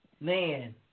Man